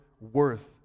worth